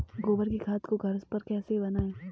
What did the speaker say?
गोबर की खाद को घर पर कैसे बनाएँ?